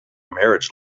marriage